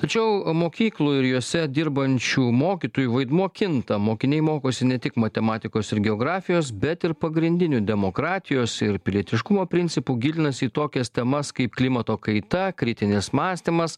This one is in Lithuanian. tačiau mokyklų ir jose dirbančių mokytojų vaidmuo kinta mokiniai mokosi ne tik matematikos ir geografijos bet ir pagrindinių demokratijos ir pilietiškumo principų gilinasi į tokias temas kaip klimato kaita kritinis mąstymas